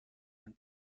and